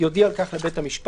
יודיע על כך לבית המשפט.